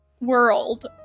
world